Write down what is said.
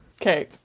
Okay